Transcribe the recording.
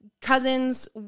cousins